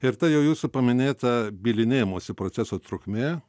ir ta jau jūsų paminėta bylinėjimosi proceso trukmė